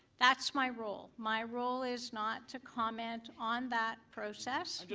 that's my role. my role is not to comment on that process.